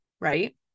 right